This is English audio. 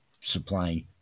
supplying